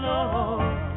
Lord